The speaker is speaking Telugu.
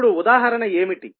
ఇప్పుడు ఉదాహరణ ఏమిటి